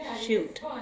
Shoot